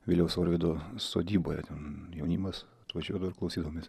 viliaus orvido sodyboje ten jaunimas atvažiuodavo ir klausydavomės